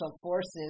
forces